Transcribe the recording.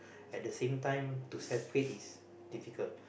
at the same time to separate it's difficult